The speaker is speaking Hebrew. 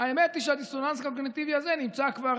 האמת היא שהדיסוננס הקוגניטיבי הזה נמצא כבר